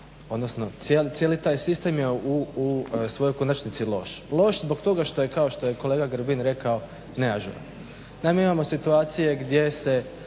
cijeli taj sistem je u svojoj konačnici loš. Loš zbog toga što je kao što je kolega Grbin rekao neažuran. Naime, imamo situacije gdje se